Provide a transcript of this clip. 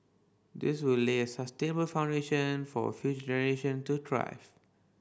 this will lay a sustainable foundation for future generation to thrive